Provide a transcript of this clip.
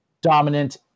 dominant